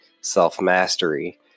self-mastery